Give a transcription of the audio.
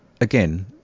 again